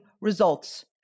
results